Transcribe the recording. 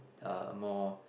uh more